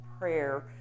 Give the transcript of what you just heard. prayer